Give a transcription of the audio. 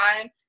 time